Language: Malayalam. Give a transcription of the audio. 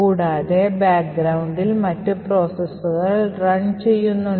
കൂടാതെ backgroundൽ മറ്റ് പ്രോസസ്സുകൾ run ചെയ്യുന്നുണ്ട്